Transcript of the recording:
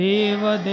Deva